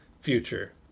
future